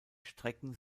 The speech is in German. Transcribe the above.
strecken